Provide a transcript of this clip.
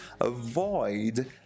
avoid